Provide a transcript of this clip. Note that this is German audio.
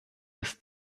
des